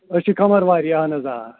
أسۍ چھِ کَمرواری اہَن حظ آ